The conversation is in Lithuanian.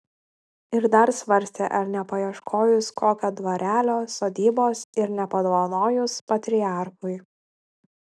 ir dar svarstė ar nepaieškojus kokio dvarelio sodybos ir nepadovanojus patriarchui